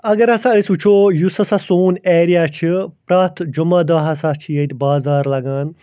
اگر ہَسا أسۍ وٕچھو یُس ہَسا سون ایریا چھِ پرٛٮ۪تھ جُمعہ دۄہ ہَسا چھِ ییٚتہِ بازار لگان